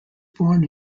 born